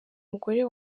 mugore